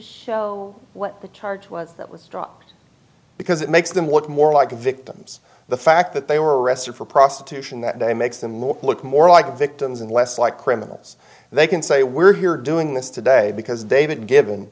show what the charge was that was dropped because it makes them want more like the victims the fact that they were arrested for prostitution that day makes them look look more like victims and less like criminals they can say we're here doing this today because david given